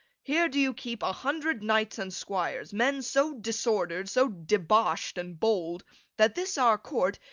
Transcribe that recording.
here do you keep a hundred knights and squires men so disorder'd, so debosh'd, and bold that this our court,